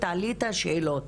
תעלי את השאלות.